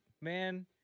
man